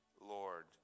Lord